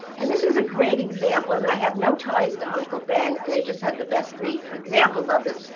and this is a great example and i have no ties to uncle ben. they just had the best three examples of this.